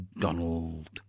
Donald